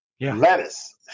lettuce